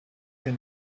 can